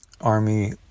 Army